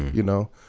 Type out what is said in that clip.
you know,